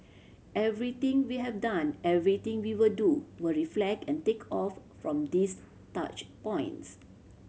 everything we have done everything we will do will reflect and take off from these touch points